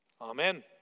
Amen